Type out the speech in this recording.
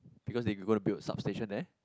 because they gonna build substation there